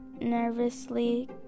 nervously